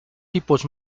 tipos